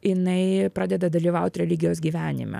jinai pradeda dalyvaut religijos gyvenime